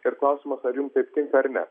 ir klausimas ar jum taip tinka ar ne